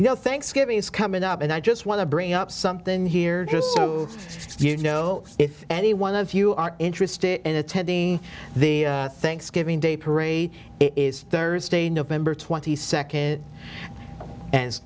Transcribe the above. you know thanksgiving is coming up and i just want to bring up something here just so you know if anyone of you are interested in attending the thanksgiving day parade is thursday november twenty second